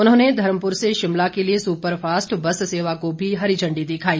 उन्होंने धर्मपुर से शिमला के लिए सुपरफास्ट बस सेवा को भी हरी झंडी दिखाई